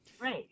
Right